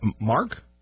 Mark